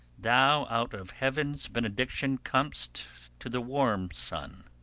thou out of heaven's benediction com'st to the warm sun!